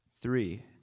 Three